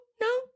no